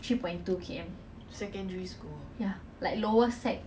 lah cause already like N-level mah then you step down then